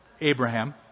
Abraham